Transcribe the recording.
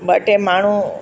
ॿ टे माण्हू